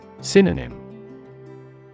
Synonym